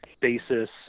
basis